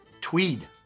tweed